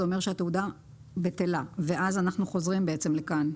זה אומר שהתעודה בטלה ואז אנחנו חוזרים לכאן.